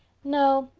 no,